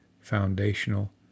foundational